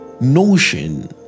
notion